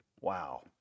Wow